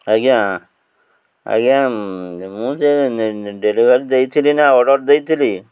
ଆଜ୍ଞା ଆଜ୍ଞା ମୁଁ ସେ ଡେଲିଭରି ଦେଇଥିଲି ନା ଅର୍ଡ଼ର ଦେଇଥିଲି